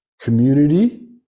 community